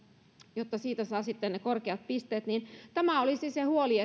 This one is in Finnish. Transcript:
jotta siitä saa sitten ne korkeat pisteet tämä olisi se huoli